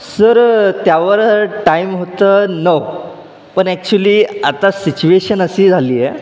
sir त्यावर time होतं नऊ पण ॲक्च्युली आता सिच्युएशन अशी झाली आहे